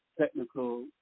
technical